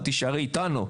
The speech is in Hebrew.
את תישארי איתנו.